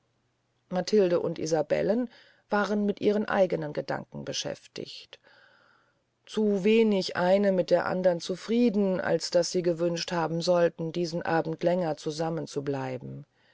matilde und isabelle waren mit ihren eignen gedanken zu beschäftigt zu wenig eine mit der andern zufrieden als daß sie gewünscht haben solten diesen abend länger